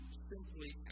simply